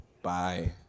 Bye